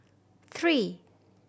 three